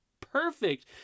perfect